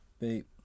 beep